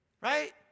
right